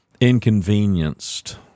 inconvenienced